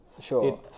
sure